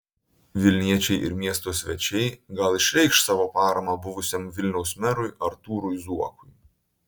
vilniečiai ir miesto svečiai gal išreikš savo paramą buvusiam vilniaus merui artūrui zuokui